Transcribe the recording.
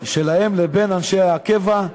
שלהם לבין תנאי אנשי הקבע,